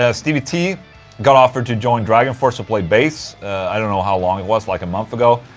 ah stevie t got offered to join dragonforce to play bass i don't know how long it was, like a month ago.